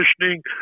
conditioning